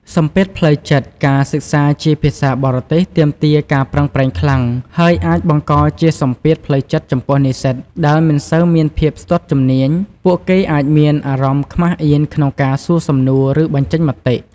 សម្ពាធផ្លូវចិត្ត ការសិក្សាជាភាសាបរទេសទាមទារការប្រឹងប្រែងខ្លាំង ហើយអាចបង្កជាសម្ពាធផ្លូវចិត្តចំពោះនិស្សិតដែលមិនសូវមានភាពស្ទាត់ជំនាញ ពួកគេអាចមានអារម្មណ៍ខ្មាសអៀនក្នុងការសួរសំណួរ ឬបញ្ចេញមតិ។